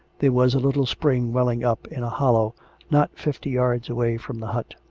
there was a little spring welling up in a hollow not fifty yards away from the hut,